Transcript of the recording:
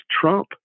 Trump